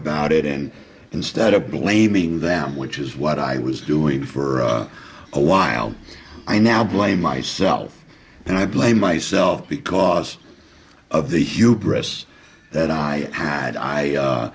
about it and instead of blaming them which is what i was doing for a while i now blame myself and i blame myself because of the hubris that i had i